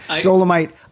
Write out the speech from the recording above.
Dolomite